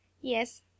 Yes